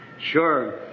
Sure